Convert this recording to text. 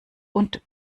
und